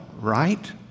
right